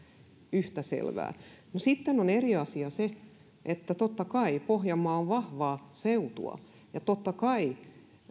yhtä selvää sitten on eri asia se että totta kai pohjanmaa on vahvaa seutua ja totta kai